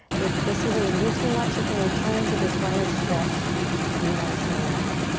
if this is a little too much, you can return to this runner's stretch that we know so well.